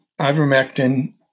ivermectin